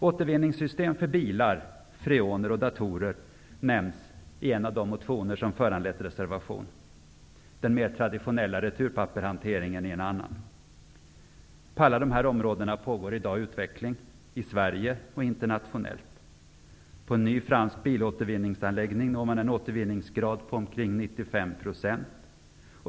Återvinninssystem för bilar, freoner och datorer nämns i en av de motioner som har föranlett reservation. Den mer traditionella returpappershanteringen nämns i en annan motion. På alla dessa områden pågår i dag utveckling, i Sverige och internationellt. På en ny fransk bilåtervinningsanläggning når man en återvinningsgrad på omkring 95 %.